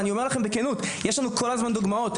ואני אומר לכם בכנות יש לנו כל הזמן דוגמאות,